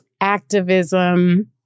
activism